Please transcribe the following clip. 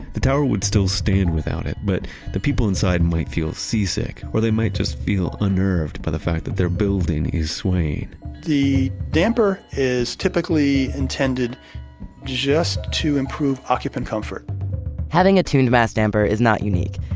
the tower would still stand without it, but the people inside might feel seasick or they might just feel unnerved by the fact that their building is swaying the damper is typically intended just to improve occupant comfort having a tuned mass damper is not unique.